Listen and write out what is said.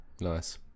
Nice